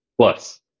plus